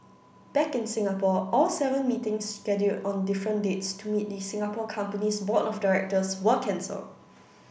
back in Singapore all seven meetings scheduled on different dates to meet the Singapore company's board of directors were cancelled